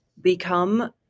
become